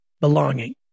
belonging